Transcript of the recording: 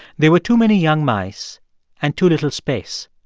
there were too many young mice and too little space.